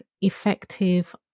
effective